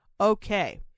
Okay